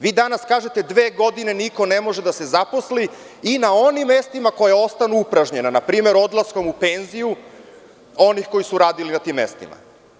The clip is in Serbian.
Vi danas kažete – dve godine niko ne može da se zaposli i na onim mestima koja ostanu upražnjena, npr. odlaskom u penziju onih koji su radili na tim mestima.